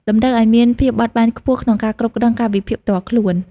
តម្រូវឱ្យមានភាពបត់បែនខ្ពស់ក្នុងការគ្រប់គ្រងកាលវិភាគផ្ទាល់ខ្លួន។